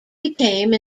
became